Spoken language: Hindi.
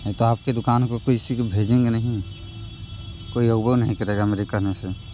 नहीं तो आपके दुकान को किसी को भेजेंगे नहीं कोई अइबो नहीं करेगा मेरे कहने से